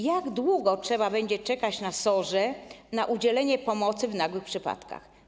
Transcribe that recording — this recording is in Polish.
Jak długo trzeba będzie czekać na SOR-ze na udzielenie pomocy w nagłych przypadkach?